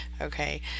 okay